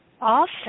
Awesome